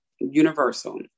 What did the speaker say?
universal